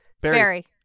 Barry